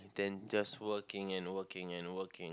than just working and and working and working